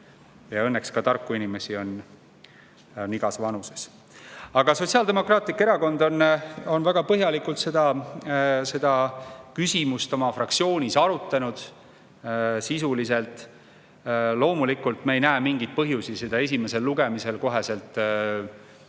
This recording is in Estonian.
Õnneks on ka tarku inimesi igas vanuses. Sotsiaaldemokraatlik Erakond on väga põhjalikult seda küsimust oma fraktsioonis arutanud. Sisuliselt me loomulikult ei näe mingit põhjust seda esimesel lugemisel kohe tagasi